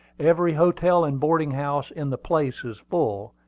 every hotel and boarding-house in the place is full,